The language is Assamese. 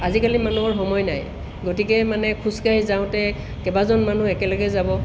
আজিকালি মানুহৰ সময় নাই গতিকে মানে খোজকাঢ়ি যাওঁতে কেইবাজন মানুহ একেলগে যাব